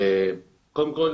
קודם כל,